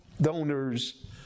donors